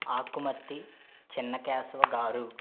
ఆకుమర్తి చెన్నకేశవ గారు